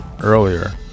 Earlier